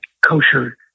kosher